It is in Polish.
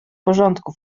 porządku